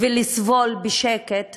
ולסבול בשקט